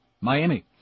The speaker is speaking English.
Miami